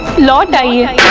lord. no! yeah